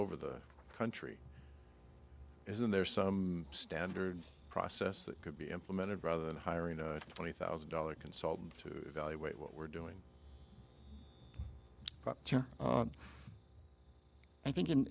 over the country isn't there some standard process that could be implemented rather than hiring a twenty thousand dollar consultant to evaluate what we're doing but i think